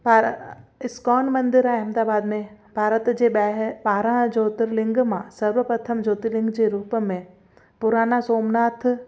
पारा ISKCON मंदिर आहे अहमदाबाद में भारत जे ॿाहिरि ॿारहं ज्योतिर्लिंग मां सर्व प्रथम ज्योतिर्लिंग जे रूप में पुराणा सोमनाथ